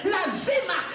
Lazima